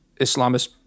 Islamist